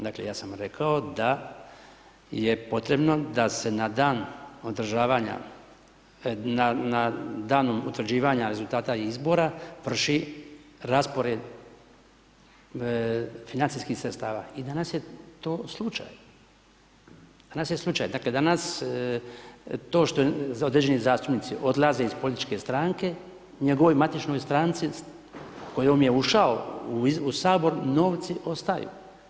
Dakle, ja sam rekao da je potrebno da se na dan održavanja, na dan utvrđivanja rezultata izbora, vrši raspored financijskih sredstava, i danas je to slučaj, danas je slučaj, dakle, danas to što određeni zastupnici odlaze iz političke stranke, njegovoj matičnoj stranci s kojom je ušao u Sabor, novci ostaju.